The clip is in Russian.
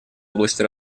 области